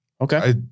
Okay